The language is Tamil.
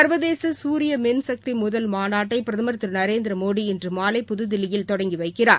ள்வதேச சூரிய மின்சக்தி முதல் மாநாட்டை பிரதம் திரு நரேந்திரமோடெ இன்று மாலை புதுதில்லியில் தொடங்கி வைக்கிறார்